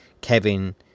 Kevin